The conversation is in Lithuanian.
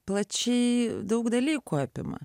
plačiai daug dalykų apima